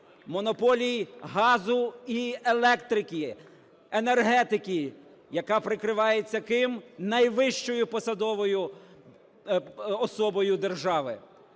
монополії газу і електрики, енергетики, яка прикривається ким – найвищою посадовою особою держави.